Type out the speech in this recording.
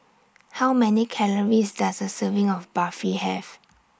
How Many Calories Does A Serving of Barfi Have